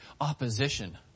opposition